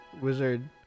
wizard